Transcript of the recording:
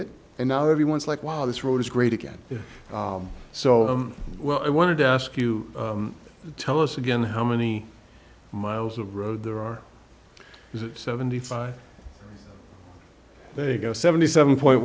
it and now everyone's like wow this road is great again so well i wanted to ask you to tell us again how many miles of road there are seventy five they go seventy seven point